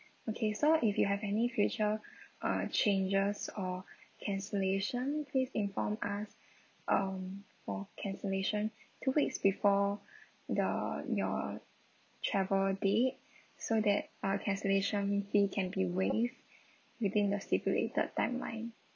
okay so if you have any future uh changes or cancellation please inform us um for cancellation two weeks before the your travel date so that uh cancellation fee can be waived within the stipulated timeline